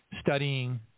studying